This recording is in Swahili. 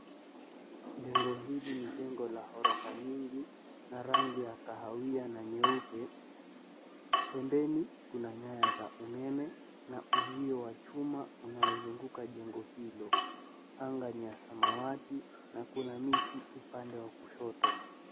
Jengo hili ni jengo la ghorofa nyingi na rangi ya kahawia na nyeupe. Pembeni kuna nyaya za umeme na uzuio wa chuma unaozunguka jengo hilo. Anga ni ya samawati na kuna miti upande wa kushoto.